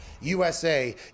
USA